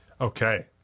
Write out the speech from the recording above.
Okay